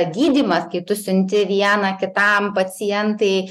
gydymas kai tu siunti vieną kitam pacientai